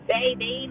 baby